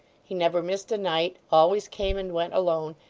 he never missed a night, always came and went alone,